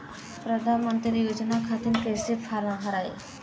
प्रधानमंत्री योजना खातिर कैसे फार्म भराई?